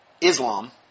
Islam